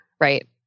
right